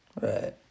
Right